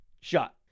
Shot